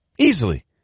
Easily